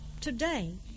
Today